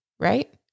right